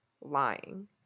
lying